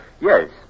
Yes